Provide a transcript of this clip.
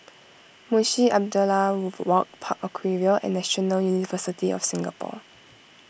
Munshi Abdullah Walk Park Aquaria and National University of Singapore